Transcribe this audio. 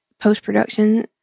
post-production